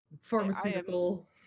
Pharmaceutical